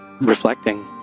reflecting